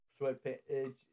sweatpants